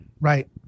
Right